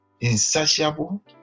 insatiable